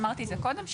אמרתי את זה קודם,